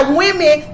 women